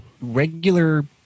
regular